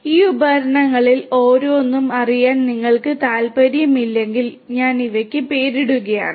ഈ ഉപകരണങ്ങളിൽ ഓരോന്നും അറിയാൻ നിങ്ങൾക്ക് താൽപ്പര്യമില്ലെങ്കിൽ ഞാൻ ഇവയ്ക്ക് പേരിടുകയാണ്